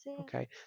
okay